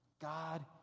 God